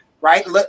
Right